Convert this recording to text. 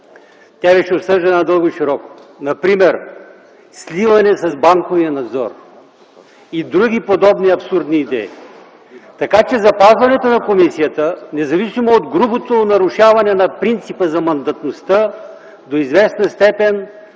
тя беше обсъждана надълго и нашироко, например сливане с банковия надзор и други подобни абсурдни идеи, така че запазването на комисията, независимо от грубото нарушаване на принципа за мандатността, до известна степен